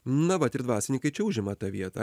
na vat ir dvasininkai čia užima tą vietą